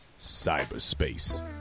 cyberspace